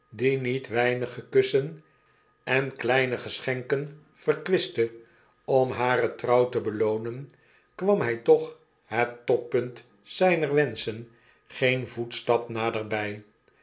die nietweinige kussen en kleine geschenken verkwistte om hare trouw te beloonen kwam hy toch hettoppunt zjjner wenschen geen voetstap naderbij